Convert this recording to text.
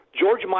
George